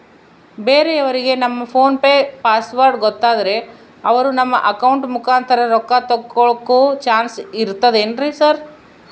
ಬೇರೆಯವರಿಗೆ ನಮ್ಮ PhonePe password ಗೊತ್ತಾದ್ರೆ ಅವರು ನಮ್ಮ ಅಕೌಂಟ್ ಮುಖಾಂತರ ರೊಕ್ಕ ತಕ್ಕೊಳ್ಳೋ ಚಾನ್ಸ್ ಇರ್ತದೆನ್ರಿ ಸರ್?